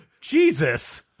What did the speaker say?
Jesus